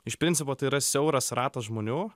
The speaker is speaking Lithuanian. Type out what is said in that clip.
iš principo tai yra siauras ratas žmonių